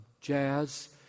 jazz